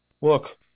Look